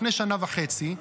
לפני שנה וחצי,